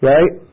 Right